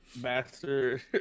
master